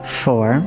four